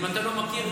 אם אתה לא מכיר,